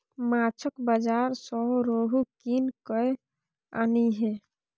माछक बाजार सँ रोहू कीन कय आनिहे